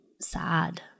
sad